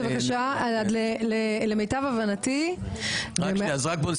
למיטב הבנתי -- רגע.